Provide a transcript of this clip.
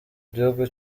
gihugu